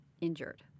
injured